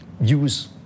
Use